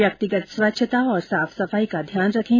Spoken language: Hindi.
व्यक्तिगत स्वच्छता और साफ सफाई का ध्यान रखें